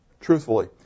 Truthfully